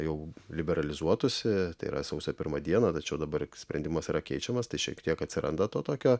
jau liberalizuotųsi tai yra sausio pirmą dieną tačiau dabar sprendimas yra keičiamas tai šiek tiek atsiranda to tokio